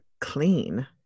clean